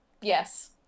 Yes